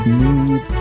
need